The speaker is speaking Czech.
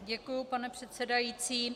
Děkuji, pane předsedající.